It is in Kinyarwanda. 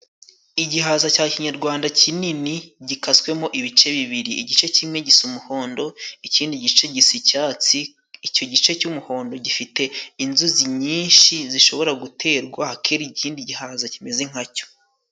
Igihaza cya kinyarwanda kinini gikaswemo ibice bibiri. Igice kimwe gisa umuhondo, ikindi gice gisa icyatsi. Icyo gice cy'umuhondo gifite inzuzi nyinshi zishobora guterwa hakera ikindi gihaza kimeze nkacyo.